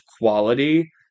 quality